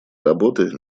работы